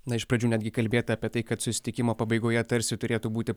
na iš pradžių netgi kalbėta apie tai kad susitikimo pabaigoje tarsi turėtų būti